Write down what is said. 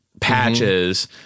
patches